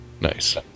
Nice